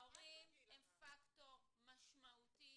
ההורים הם פקטור משמעותי